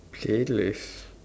playlist